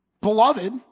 Beloved